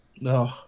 No